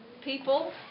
people